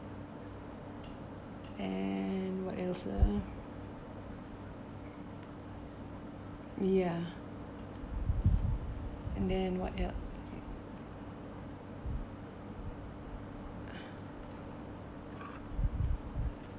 and what else ah ya and then what else